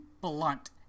blunt